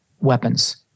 weapons